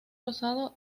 rosado